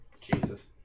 Jesus